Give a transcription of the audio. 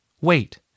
wait